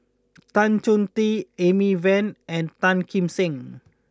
Tan Chong Tee Amy Van and Tan Kim Seng